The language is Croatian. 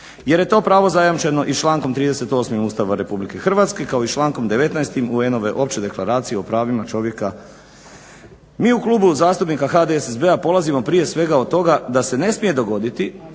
jer je to pravo zajamčeno i člankom 38. Ustava Republike Hrvatske kao i člankom 19. UN-ove Opće deklaracije o pravima čovjeka. Mi u Klubu zastupnika HDSSB-a polazimo prije svega od toga da se ne smije dogoditi